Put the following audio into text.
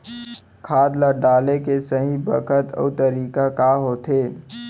खाद ल डाले के सही बखत अऊ तरीका का होथे?